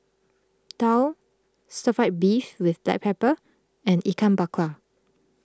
Daal Stir Fry Beef with Black Pepper and Ikan Bakar